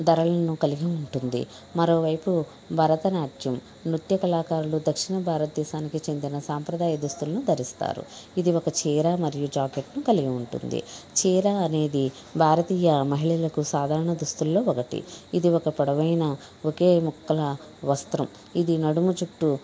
ధరలను కలిగి ఉంటుంది మరోవైపు భరతనాట్యం నృత్య కళాకారులు దక్షిణ భారతదేశానికి చెందిన సాంప్రదాయ దుస్తులను ధరిస్తారు ఇది ఒక చీర మరియు జాకెట్ ను కలిగి ఉంటుంది చీర అనేది భారతీయ మహిళలకు సాధారణ దుస్తుల్లో ఒకటి ఇది ఒక పొడవైన ఒకే ముక్కల వస్త్రం ఇది నడుము చుట్టూ